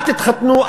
אל תתחתנו,